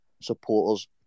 supporters